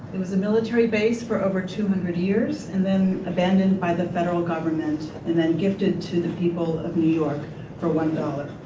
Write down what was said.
it was a military base for over two hundred years and then abandoned by the federal government and gifted to the people of new york for one dollar.